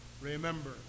remember